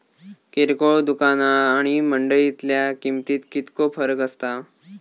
किरकोळ दुकाना आणि मंडळीतल्या किमतीत कितको फरक असता?